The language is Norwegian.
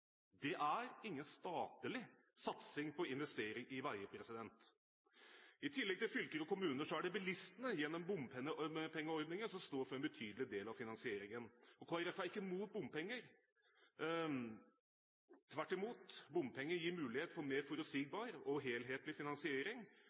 Det er ingen statlig satsing på investering i veier. I tillegg til fylker og kommuner er det bilistene gjennom bompengeordninger som står for en betydelig del av finansieringen. Kristelig Folkeparti er ikke imot bompenger, tvert imot. Bompenger gir mulighet for mer